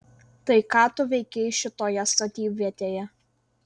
tai ką tu veikei šitoje statybvietėje